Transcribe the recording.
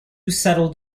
settled